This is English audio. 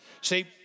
See